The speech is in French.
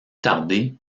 tarder